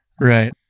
right